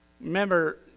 Remember